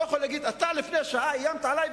לא יכול להגיד: אתה לפני שעה איימת עלי,